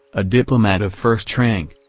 a diplomat of first rank,